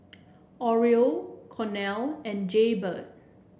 Oreo Cornell and Jaybird